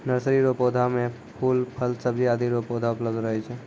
nursery रो पौधा मे फूल, फल, सब्जी आदि रो पौधा उपलब्ध रहै छै